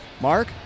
Mark